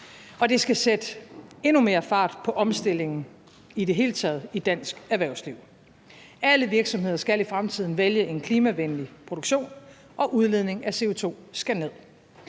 Og den skal sætte endnu mere fart på omstillingen i det hele taget i dansk erhvervsliv. Alle virksomheder skal i fremtiden vælge en klimavenlig produktion, og udledningen af CO2 skal ned.